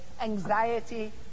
anxiety